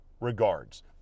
regards